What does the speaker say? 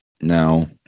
no